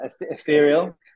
ethereal